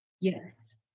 Yes